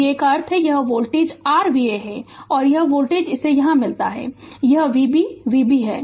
Va का अर्थ है यह वोल्टेज यह r Va है और यह वोल्टेज इसे यहाँ मिलाता है यह Vb Vb है